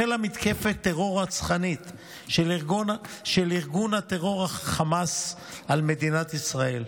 החלה מתקפת טרור רצחנית של ארגון הטרור חמאס על מדינת ישראל.